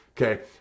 Okay